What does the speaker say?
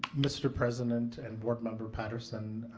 mr. president and board member patterson,